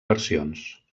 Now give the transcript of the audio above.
versions